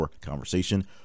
conversation